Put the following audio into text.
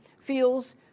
feels